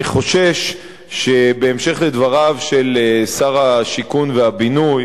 אני חושש שבהמשך לדבריו של שר השיכון והבינוי